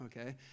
okay